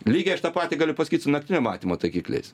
lygiai aš tą patį galiu pasakyt su naktinio matymo taikikliais